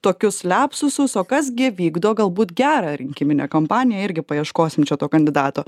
tokius liapsusus o kas gi vykdo galbūt gerą rinkiminę kampaniją irgi paieškosim čia to kandidato